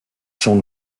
son